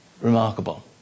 remarkable